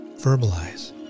verbalize